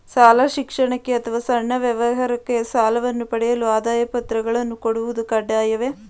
ಶಾಲಾ ಶಿಕ್ಷಣಕ್ಕೆ ಅಥವಾ ಸಣ್ಣ ವ್ಯಾಪಾರಕ್ಕೆ ಸಾಲವನ್ನು ಪಡೆಯಲು ಆದಾಯ ಪತ್ರಗಳನ್ನು ಕೊಡುವುದು ಕಡ್ಡಾಯವೇ?